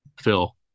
Phil